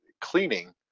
cleaning